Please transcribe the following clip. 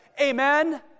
Amen